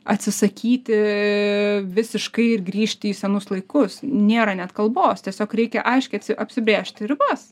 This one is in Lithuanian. atsisakyti visiškai ir grįžti į senus laikus nėra net kalbos tiesiog reikia aiškiai apsibrėžti ribas